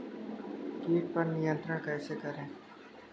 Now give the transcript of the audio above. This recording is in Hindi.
कीट पर नियंत्रण कैसे करें?